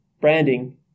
branding